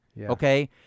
okay